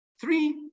Three